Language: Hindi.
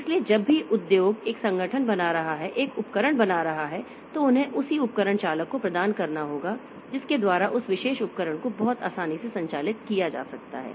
इसलिए जब भी उद्योग एक संगठन बना रहा है एक उपकरण बना रहा है तो उन्हें उसी उपकरण चालक को प्रदान करना होगा जिसके द्वारा उस विशेष उपकरण को बहुत आसानी से संचालित किया जा सकता है